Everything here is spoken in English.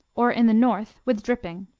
or in the north, with dripping.